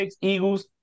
Eagles